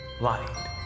light